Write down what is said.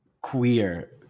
queer